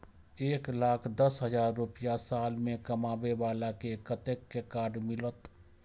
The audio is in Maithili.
एक लाख दस हजार रुपया साल में कमाबै बाला के कतेक के कार्ड मिलत?